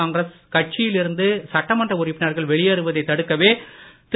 காங்கிரஸ் கட்சியில் இருந்து சட்டமன்ற உறுப்பினர்கள் வெளியேறுவதை தடுக்கவே திரு